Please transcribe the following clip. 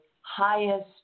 highest